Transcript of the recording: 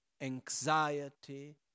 anxiety